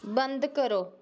बंद करो